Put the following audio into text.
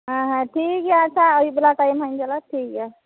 ᱦᱮᱸ ᱦᱮᱸ ᱴᱷᱤᱠ ᱜᱮᱭᱟ ᱟᱪᱪᱷᱟ ᱟᱹᱭᱩᱵ ᱵᱮᱞᱟ ᱴᱟᱭᱤᱢ ᱦᱟᱸᱜ ᱤᱧ ᱪᱟᱞᱟᱜᱼᱟ ᱴᱷᱤᱠ ᱜᱮᱭᱟ